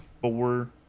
four